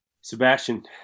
Sebastian